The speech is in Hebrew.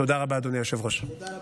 תודה רבה,